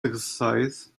exercise